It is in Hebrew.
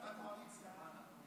בלי הקואליציה.